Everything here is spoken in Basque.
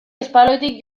espaloitik